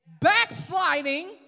Backsliding